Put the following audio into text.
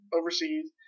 overseas